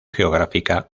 geográfica